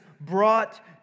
brought